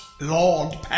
Lord